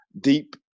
deep